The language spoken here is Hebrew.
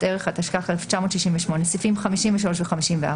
ערך התשכ"ח-1968 - סעיפים 53 ו-54.